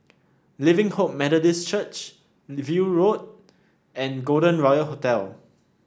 Living Hope Methodist Church View Road and Golden Royal Hotel